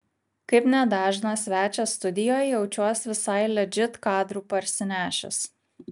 kaip nedažnas svečias studijoj jaučiuos visai ledžit kadrų parsinešęs